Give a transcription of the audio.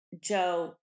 Joe